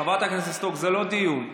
חברת הכנסת סטרוק, זה לא דיון.